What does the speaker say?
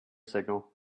signal